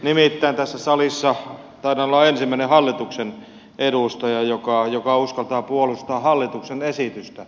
nimittäin tässä salissa taidan olla ensimmäinen hallituksen edustaja joka uskaltaa puolustaa hallituksen esitystä